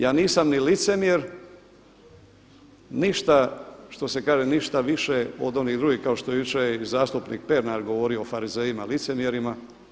Ja nisam ni licemjer ništa što se kaže ništa više od onih drugih kao što je jučer i zastupnik Pernar govorio o farizejima licemjerima.